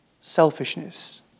selfishness